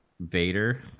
Vader